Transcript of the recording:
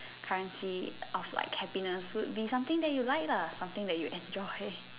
currency of like happiness would be something that you like lah something that you enjoy